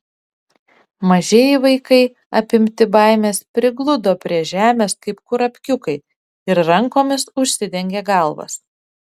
mažieji vaikai apimti baimės prigludo prie žemės kaip kurapkiukai ir rankomis užsidengė galvas